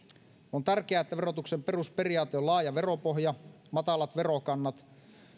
on tärkeää että verotuksen perusperiaate on laaja veropohja matalat verokannat